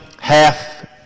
half